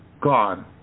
God